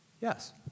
Yes